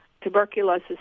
tuberculosis